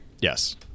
yes